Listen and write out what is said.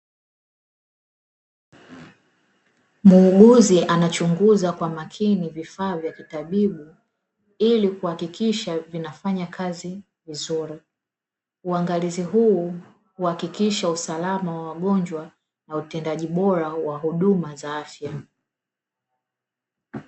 Muuguzi anachunguza kwa makini vifaa vya kitabibu ili kuhakikisha vinafanya kazi vizuri. Uangalizi huu huakikisha usalama wa wagonjwa na utendaji bora wa huduma za afya.